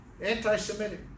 Anti-Semitic